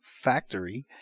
Factory